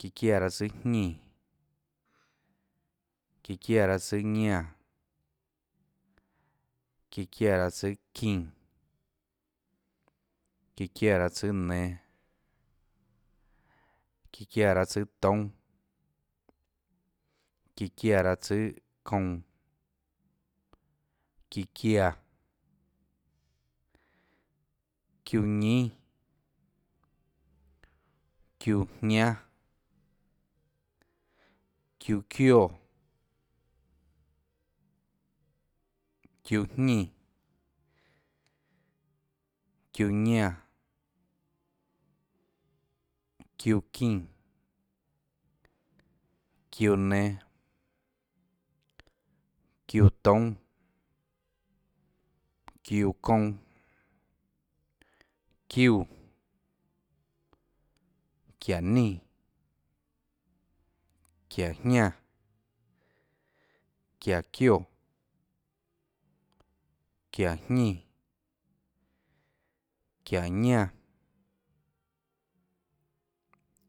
Çíã çiáã raâ tsùâ jñínã, çíã çiáã raâtsùâ ñánã, çíã çiáã raâ tsùâ çínã, çíã çiáã raâ tsùâ nenå, çíã çiáã raâ tsùâ toúnâ, çíã çiáã raâ tsùâ kounã, çíã çiáã, çiúã ñínâ, çiúã jñánâ, çiúã çioè, çiúã jñínã, çiúã ñánã, çiúã çínã, çiúã nenå, çiúã toúnâ, çiúã kounã, çiúã, çiáhå nínã, çiáhå jñánã, çiáhå çioè, çiáhå jñínã, çiáhå ñánã,